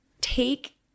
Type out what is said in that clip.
take